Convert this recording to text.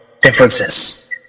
differences